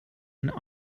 and